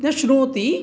न श्रुणोति